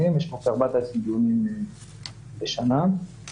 דיון אחרי פיילוט של 18 חודשים,